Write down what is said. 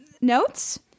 notes